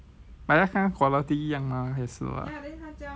but 要看 quality 一样吗也是 [what]